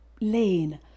lane